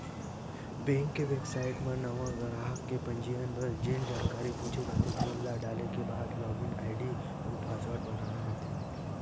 bank के website म नवा गराहक के पंजीयन बर जेन जानकारी पूछे जाथे तेन ल डाले के बाद लॉगिन आईडी अउ पासवर्ड बनाना होथे